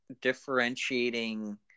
differentiating